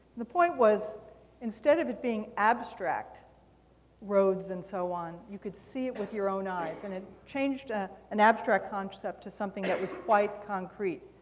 the point was instead of it being abstract roads and so on, you could see it with your own eyes. and it changed ah an abstract concept to something that was quite concrete.